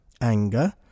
Anger